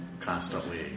Constantly